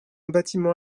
bâtiment